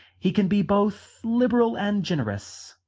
he can be both liberal and generous.